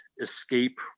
escape